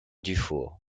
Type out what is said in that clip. dufour